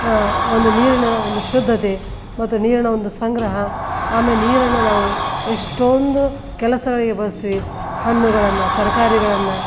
ಒಂದು ನೀರಿನ ಒಂದು ಶುದ್ಧತೆ ಮತ್ತು ನೀರಿನ ಒಂದು ಸಂಗ್ರಹ ಆಮೇ ನೀರನ್ನು ನಾವು ಎಷ್ಟೊಂದು ಕೆಲಸಗಳಿಗೆ ಬಳಸ್ತೀವಿ ಹಣ್ಣುಗಳನ್ನ ತರಕಾರಿಗಳನ್ನು